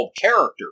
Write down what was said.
character